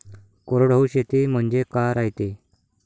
कोरडवाहू शेती म्हनजे का रायते?